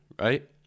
right